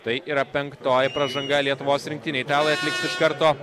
tai yra penktoji pražanga lietuvos rinktinėje italai atliks iš karto